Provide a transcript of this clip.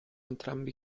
entrambi